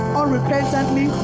unrepentantly